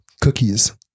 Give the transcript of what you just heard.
cookies